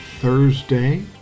Thursday